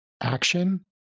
action